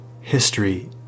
history